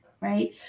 right